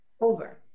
Over